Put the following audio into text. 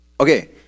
Okay